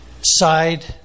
side